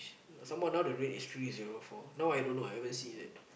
some more now the rate is three zero four now I don't know I haven't seen yet